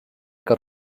got